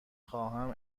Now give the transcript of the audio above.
خواهم